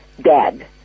dead